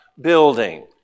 building